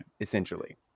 essentially